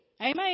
Amen